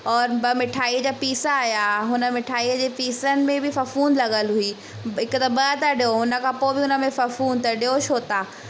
औरि ॿ मिठाई जा पीस आहियां हुन मिठाई जे पीसनि में बि फफ़ूंद लॻियलु हुई हिक त ॿ था ॾियो हुनखां पोइ बि हुन में फफ़ूंद त ॾियो छो था